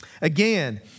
Again